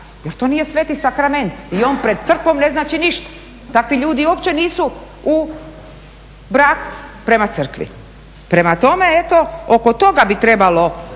jer to nije sveti sakrament i on pred Crkvom ne znači ništa, takvi ljudi uopće nisu u braku prema Crkvi. Prema tome eto oko toga bi trebalo